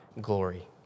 glory